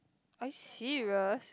are you serious